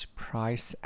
price